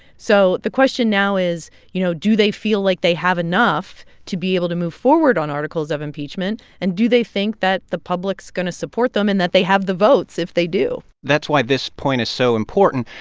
so the question now is, you know, do they feel like they have enough to be able to move forward on articles of impeachment? and do they think that the public's going to support them and that they have the votes if they do? that's why this point is so important.